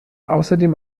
außerdem